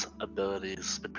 abilities